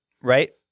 right